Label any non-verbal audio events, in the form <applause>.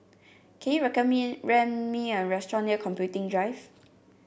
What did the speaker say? can you <unintelligible> me rent me a restaurant near Computing Drive